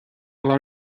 lár